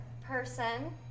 person